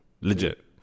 legit